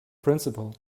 principle